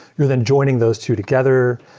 you're then joining those two together.